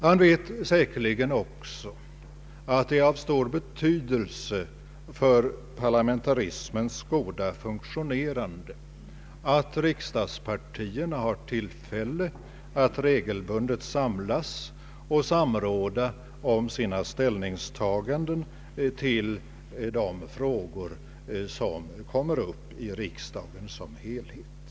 Han vet säkerligen också att det är av stor betydelse för parlamentarismens goda funktionerande att riksdagspartierna har tillfälle att regelbundet samlas och samråda om sina ställningstaganden till de frågor som kommer upp i riksdagen som helhet.